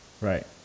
Right